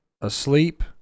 asleep